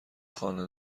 خانه